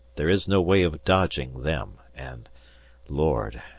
there is no way of dodging them, and lord!